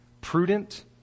prudent